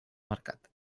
mercat